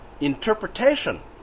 interpretation